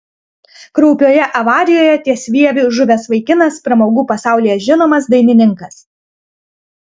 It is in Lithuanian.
kraupioje avarijoje ties vieviu žuvęs vaikinas pramogų pasaulyje žinomas dainininkas